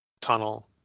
tunnel